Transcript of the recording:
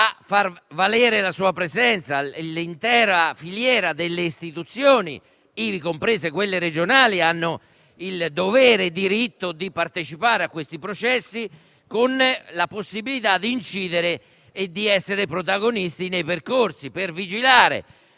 a far valere la sua presenza e l'intera filiera delle istituzioni (ivi comprese quelle regionali) ha il dovere e il diritto di partecipare a tali processi, con la possibilità di incidere ed essere protagonista al fine di vigilare